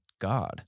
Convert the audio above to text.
God